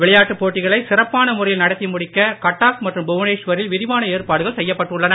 விளையாட்டுப் போட்டிகளை சிறப்பான முறையில் நடத்தி முடிக்க கட்டாக் மற்றும் புவனேஷ் வரில் விரிவான ஏற்பாடுகள் செய்யப்பட்டுள்ளன